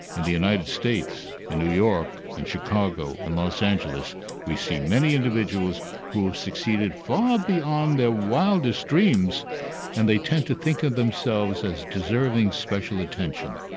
in the united states, in new york, in chicago and los angeles we see many individuals who have succeeded far beyond their wildest dreams and they tend to think of themselves as deserving special attention.